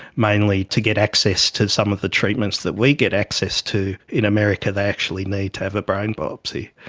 mainly to get access to some of the treatments that we get access to in america they actually need to have a brain biopsy,